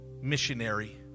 missionary